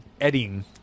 Editing